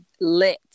lit